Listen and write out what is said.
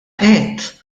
għedt